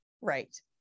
Right